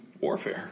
warfare